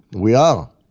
we are!